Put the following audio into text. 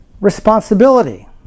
responsibility